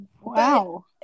Wow